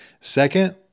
Second